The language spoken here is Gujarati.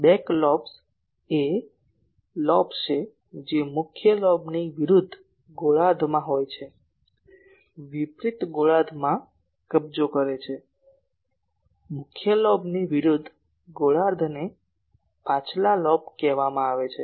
બેક લોબ્સ એ લોબ્સ છે જે મુખ્ય લોબની વિરુદ્ધ ગોળાર્ધમાં હોય છે વિપરીત ગોળાર્ધમાં કબજો કરે છે મુખ્ય લોબની વિરુદ્ધ ગોળાર્ધને પાછલા લોબ કહે છે